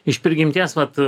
iš prigimties vat